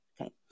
Okay